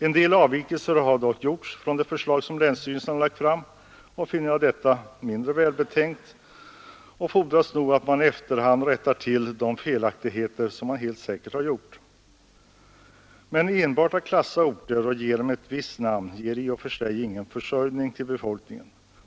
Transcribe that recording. En del avvikelser har dock gjorts från de förslag som länsstyrelserna lagt fram. Jag anser detta mindre välbetänkt, och det fordras nog att man i efterhand rättar till de fel som man helt säkert har gjort. Men enbart att klassa orter och ge dem ett visst namn skapar i och för sig ingen försörjning åt befolkningen.